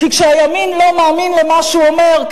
כי כשהימין לא מאמין למה שהוא אומר,